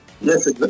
Yes